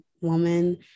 woman